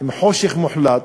בחושך מוחלט,